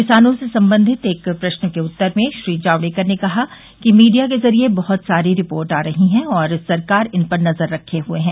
किसानों से संबंधित एक प्रश्न के उत्तर में श्री जावडेकर ने कहा कि मीडिया के जरिये बहुत सारी रिपोर्ट आ रही हैं और सरकार इन पर नजर रखे हए हैं